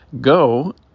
Go